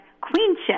queenship